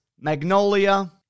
magnolia